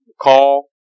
call